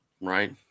right